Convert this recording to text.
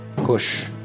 push